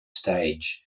stage